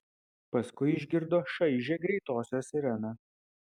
paskui išgirdo šaižią greitosios sireną